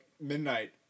midnight